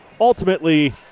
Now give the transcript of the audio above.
ultimately